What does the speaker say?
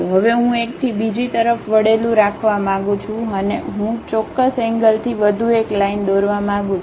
હવે હું એકથી બીજી તરફ વળેલું રાખવા માંગું છું અને હું ચોક્કસ એન્ગ્લથી વધુ એક લાઇન દોરવા માંગું છું